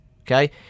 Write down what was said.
Okay